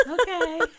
okay